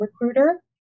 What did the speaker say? recruiter